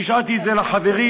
השארתי את זה לחברים,